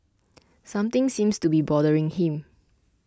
something seems to be bothering him